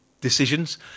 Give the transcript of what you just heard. decisions